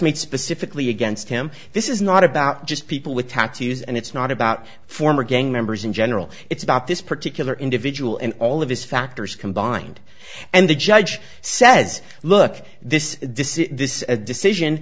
made specifically against him this is not about just people with tattoos and it's not about former gang members in general it's about this particular individual and all of his factors combined and the judge says look this is this